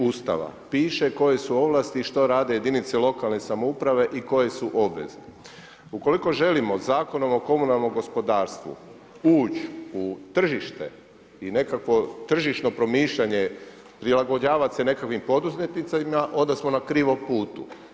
Ustava, piše koje su ovlasti i što rade jedinice lokalnih samouprava i koje su obveze. ukoliko želimo zakonom o komunalnom gospodarstvu ući u tržište i nekakvo tržišno promišljanje, prilagođavati se nekakvim poduzetnicima, onda smo na krivom putu.